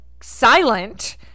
silent